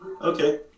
Okay